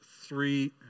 three